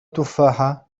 تفاحة